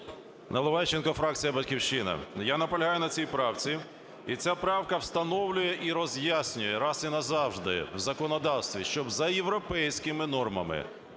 Наливайченко, фракція "Батьківщина". Я наполягаю на цій правці. І ця правка встановлює і роз'яснює раз і назавжди в законодавстві, що за європейськими нормами